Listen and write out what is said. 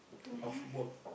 of work